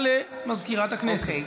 למזכירת הכנסת.